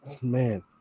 Man